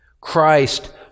christ